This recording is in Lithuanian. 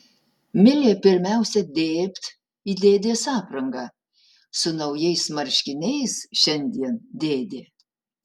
milė pirmiausia dėbt į dėdės aprangą su naujais marškiniais šiandien dėdė